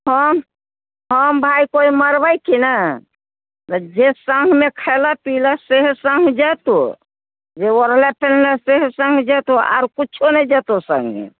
हम हम भाइ कोइ मरबै कि नहि तऽ जे सङ्गमे खेलऽ पिलऽ सेह सङ्ग जेतौ जे ओढ़लऽ पहिनलऽ से सङ्गमे जेतौ आओर कुछो नहि जेतौ सङ्गे